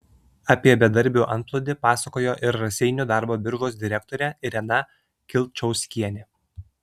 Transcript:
apie bedarbių antplūdį pasakojo ir raseinių darbo biržos direktorė irena kilčauskienė